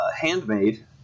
handmade